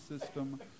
system